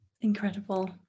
Incredible